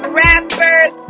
rappers